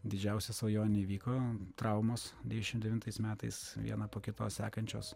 didžiausia svajonė įvyko traumos devyniasdešim devintais metais vieną po kitos sekančios